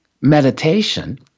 meditation